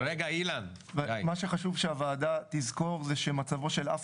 מה שחשוב שהוועדה תזכור זה שמצבו של אף